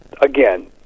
again